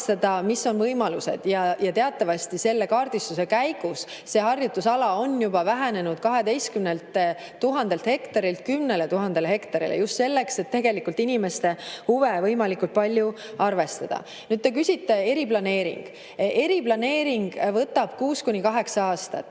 võimalusi. Teatavasti selle kaardistuse käigus on harjutusala juba vähenenud 12 000 hektarilt 10 000 hektarile – just selleks, et inimeste huve võimalikult palju arvestada. Te küsisite eriplaneeringu kohta. Eriplaneering võtab 6–8 aastat.